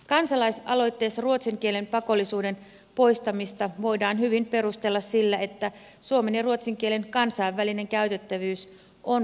kansalaisaloitteessa ruotsin kielen pakollisuuden poistamista voidaan hyvin perustella sillä että suomen ja ruotsin kielen kansainvälinen käytettävyys on vähäistä